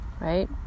right